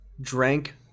drank